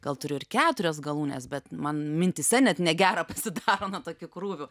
gal turiu ir keturias galūnes bet man mintyse net negera pasidaro nuo tokių krūvių